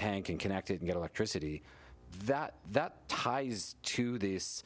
tank in connected get electricity that that high is to these